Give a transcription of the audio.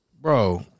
bro